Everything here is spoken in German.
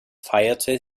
feierte